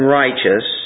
righteous